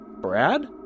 Brad